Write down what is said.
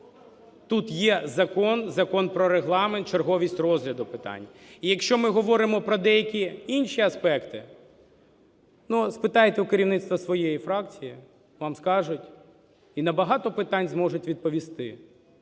Тут є закон, Закон про Регламент, черговість розгляду питань. І якщо ми говоримо про деякі інші аспекти, спитайте у керівництва своєї фракції, вам скажуть і на багато питань зможуть відповісти.